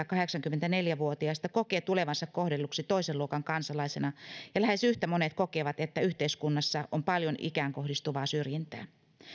kahdeksankymmentäneljä vuotiaista kokee tulevansa kohdelluksi toisen luokan kansalaisena ja lähes yhtä monet kokevat että yhteiskunnassa on paljon ikään kohdistuvaa syrjintää